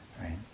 right